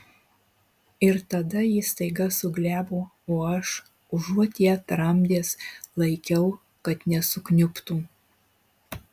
ir tada ji staiga suglebo o aš užuot ją tramdęs laikiau kad nesukniubtų